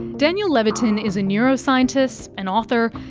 daniel levitin is a neuroscientist, an author,